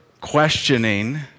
questioning